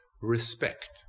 respect